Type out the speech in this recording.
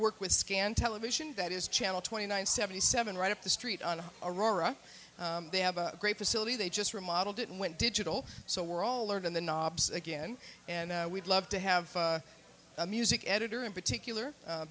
work with scan television that is channel twenty nine seventy seven right up the street on aurora they have a great facility they just remodeled it and went digital so we're all learning the knobs again and we'd love to have a music editor in particular